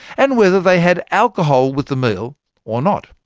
and whether they had alcohol with the meal or not.